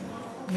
תודה,